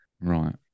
Right